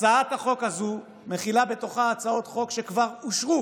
הצעת החוק הזו מכילה בתוכה הצעות חוק שכבר אושרו